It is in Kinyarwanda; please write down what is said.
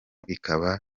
ikaba